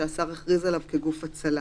שהשר הכריז עליו כגוף הצלה.